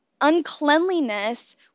uncleanliness